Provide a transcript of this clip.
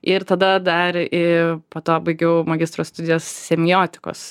ir tada dar i po to baigiau magistro studijas semiotikos